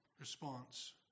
response